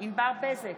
ענבר בזק,